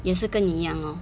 也是跟你一样 lor